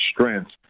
strength